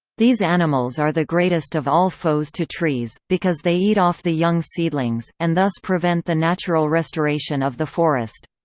these animals are the greatest of all foes to trees, because they eat off the young seedlings, and thus prevent the natural restoration of the forest.